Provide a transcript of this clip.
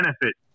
benefit